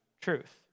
truth